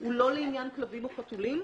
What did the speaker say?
הוא לא לעניין כלבים או חתולים,